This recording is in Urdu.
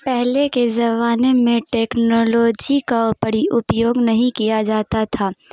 پہلے کے زبانے میں ٹیکنالوجی کا اپیوگ نہیں کیا جاتا تھا